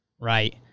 right